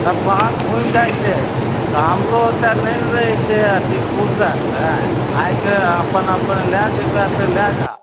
सब ग्राहक घूमि जाइ छै तऽ हमरो ओतेक नहि ने रहै छै अथी फुर्सत आइके अपन अपन लै जेबै तऽ लै जा